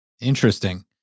Interesting